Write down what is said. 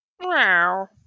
Meow